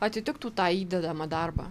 atitiktų tą įdedamą darbą